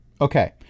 Okay